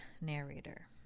narrator